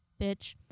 bitch